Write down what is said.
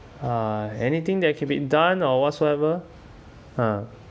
uh anything that can be done or whatsoever ha